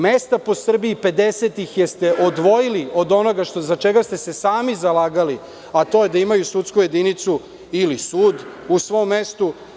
Mesta u Srbiji ste odvojili od onoga za šta ste se sami zalagali, a to je da imaju sudsku jedinicu ili sud u svom mestu.